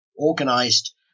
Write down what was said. organized